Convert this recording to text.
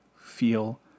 feel